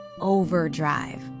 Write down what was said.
overdrive